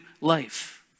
Life